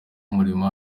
n’umurimo